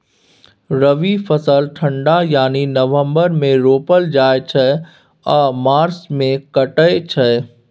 रबी फसल ठंढा यानी नवंबर मे रोपल जाइ छै आ मार्च मे कटाई छै